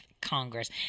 Congress